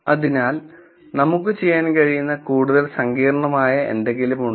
അതിനാൽ നമുക്ക് ചെയ്യാൻ കഴിയുന്ന കൂടുതൽ സങ്കീർണമായ എന്തെങ്കിലും ഉണ്ടോ